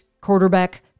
Quarterback